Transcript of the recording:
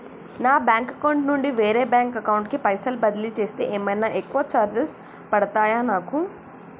నా bank account నుండి వేరే బ్యాంక్ అకౌంట్ కి పైసల్ బదిలీ చేస్తే ఏమైనా ఎక్కువ చార్జెస్ పడ్తయా నాకు?